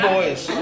Boys